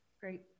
Great